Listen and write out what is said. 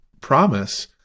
promise